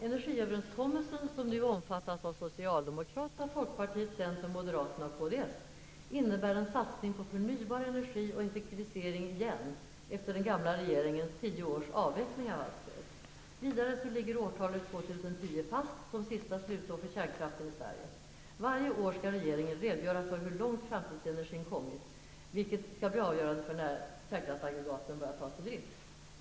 Energiöverenskommelsen, som nu omfattas av socialdemokraterna, folkpartiet, centern, moderaterna och kds, innebär en satsning på förnybar energi och en effektivisering igen, efter den gamla regeringens tio års avveckling av allt stöd. Vidare ligger årtalet 2010 fast som sista slutår för kärnkraften i Sverige. Varje år skall regeringen redogöra för hur långt framtidsenergin kommit. Detta skall bli avgörande för när kärnkraftsaggregaten börjar tas ur drift.